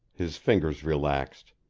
his fingers relaxed,